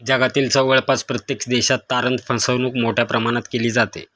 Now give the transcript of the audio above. जगातील जवळपास प्रत्येक देशात तारण फसवणूक मोठ्या प्रमाणात केली जाते